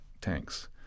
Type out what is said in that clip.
tanks